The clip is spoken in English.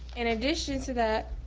in addition to that,